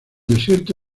desierto